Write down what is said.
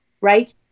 right